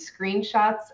screenshots